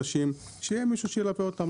שיהיה מישהו שמלווה אותם.